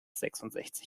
sechsundsechzig